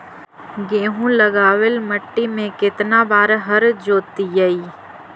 गेहूं लगावेल मट्टी में केतना बार हर जोतिइयै?